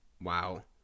wow